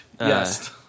Yes